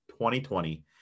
2020